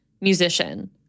musician